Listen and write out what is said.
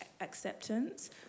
acceptance